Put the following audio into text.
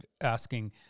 asking